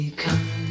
come